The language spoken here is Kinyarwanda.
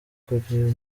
ukiri